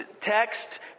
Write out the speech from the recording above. text